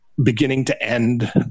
beginning-to-end